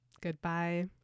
goodbye